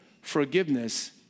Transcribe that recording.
forgiveness